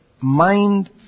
mind